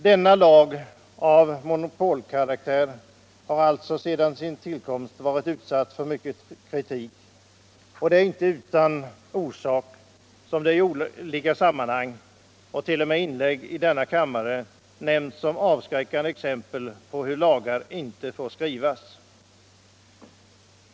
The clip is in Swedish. Denna lag av monopolkaraktär har alltså sedan sin tillkomst varit utsatt för mycken kritik, och det är inte utan orsak som det i olika sammanhang och t.o.m. i inlägg här i kammaren nämnts som avskräckande exempel på hur lagar inte får skrivas.